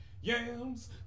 Yams